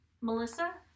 Melissa